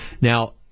Now